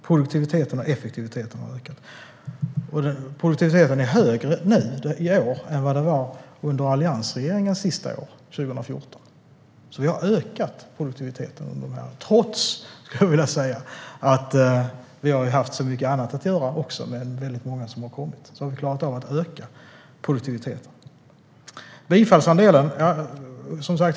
Produktiviteten är faktiskt högre nu i år än vad den var under alliansregeringens sista år, 2014. Trots att vi har haft så mycket annat att göra med väldigt många som har kommit har vi klarat av att öka produktiviteten.